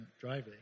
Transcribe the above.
driving